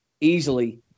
easily